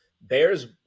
Bears